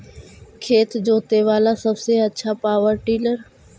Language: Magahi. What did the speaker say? खेत जोते बाला सबसे आछा पॉवर टिलर?